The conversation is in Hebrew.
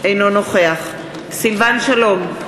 אינו נוכח סילבן שלום,